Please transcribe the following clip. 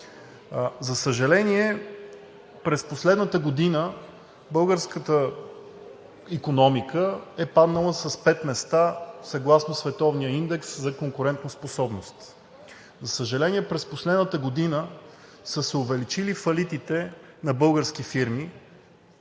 За съжаление, през последната година българската икономика е паднала с пет места съгласно световния индекс за конкурентоспособност. За съжаление, през последната година са се увеличили фалитите на български фирми